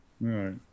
right